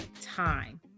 time